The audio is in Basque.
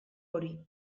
hori